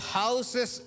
houses